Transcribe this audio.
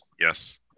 Yes